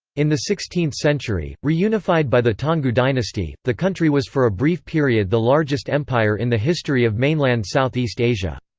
in the sixteenth century, reunified by the taungoo dynasty, the country was for a brief period the largest empire in the history of mainland southeast asia.